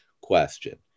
question